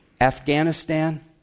Afghanistan